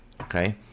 Okay